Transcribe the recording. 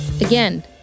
Again